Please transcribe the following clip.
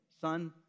son